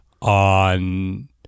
On